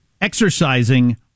exercising